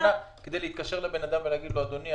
תקנה כדי להתקשר לאדם ולהגיד לו: אדוני,